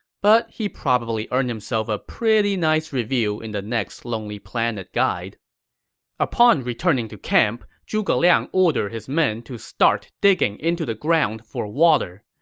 but he probably earned himself a pretty nice review in the next lonely planet guide upon returning to camp, zhuge liang ordered his men to start digging into the ground for water.